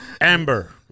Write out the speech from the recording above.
Amber